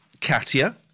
Katia